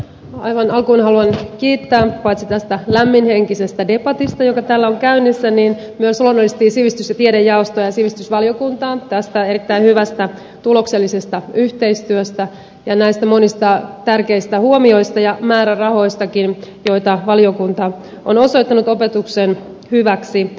aivan alkuun haluan kiittää paitsi tästä lämminhenkisestä debatista joka täällä on käynnissä myös luonnollisesti sivistys ja tiedejaostoa ja sivistysvaliokuntaa tästä erittäin hyvästä tuloksellisesta yhteistyöstä ja näistä monista tärkeistä huomioista ja määrärahoistakin joita valiokunta on osoittanut opetuksen hyväksi